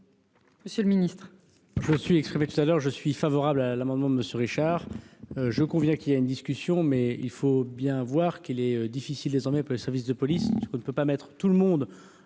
Monsieur le Ministre,